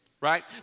right